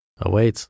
awaits